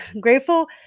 grateful